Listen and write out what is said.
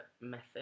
method